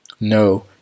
No